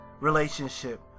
relationship